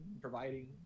providing